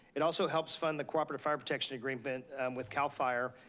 it also helps fund the cooperative fire protection agreement with cal fire,